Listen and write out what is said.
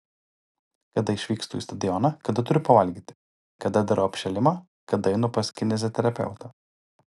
kada išvykstu į stadioną kada turiu pavalgyti kada darau apšilimą kada einu pas kineziterapeutą